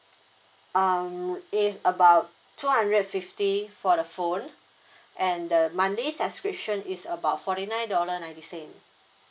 um it's about two hundred fifty for the phone and the monthly subscription is about forty nine dollar ninety cents